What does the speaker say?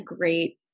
great